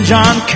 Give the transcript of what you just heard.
John